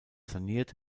saniert